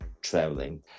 traveling